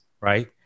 right